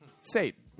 Satan